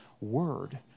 word